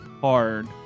hard